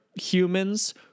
humans